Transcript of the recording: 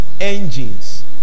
engines